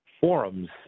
forums